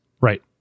Right